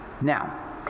Now